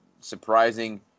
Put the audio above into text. surprising